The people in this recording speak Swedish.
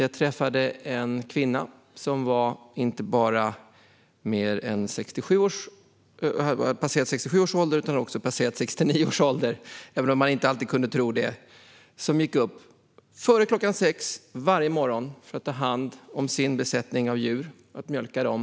Jag träffade där en kvinna som inte bara hade passerat 67 års ålder utan också 69 års ålder, även om man inte kunde tro det. Hon steg upp före klockan sex varje morgon för att ta hand om sin besättning av djur och mjölka dem.